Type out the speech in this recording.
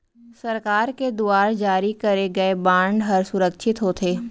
सरकार के दुवार जारी करे गय बांड हर सुरक्छित होथे